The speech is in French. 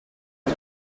dix